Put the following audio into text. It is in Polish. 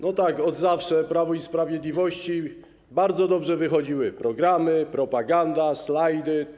No tak, od zawsze Prawu i Sprawiedliwości bardzo dobrze wychodziły programy, propaganda, slajdy.